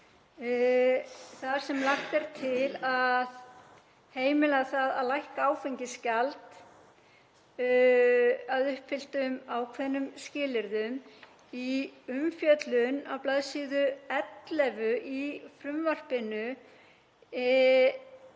þar sem er lagt til að heimila að lækka áfengisgjald að uppfylltum ákveðnum skilyrðum. Í umfjöllun á bls. 11 í frumvarpinu